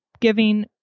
giving